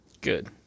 Good